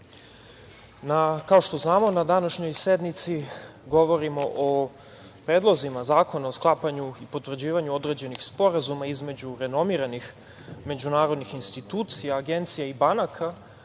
zemlju. Kao što znamo, na današnjoj sednici govorimo o predlozima zakona o sklapanju i potvrđivanju određenih sporazuma između renomiranih međunarodnih institucija, agencija i banaka